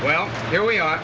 well here we are